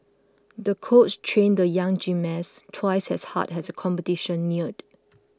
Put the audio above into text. the coach trained the young gymnast twice as hard as the competition neared